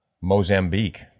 Mozambique